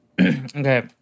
Okay